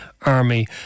army